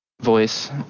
Voice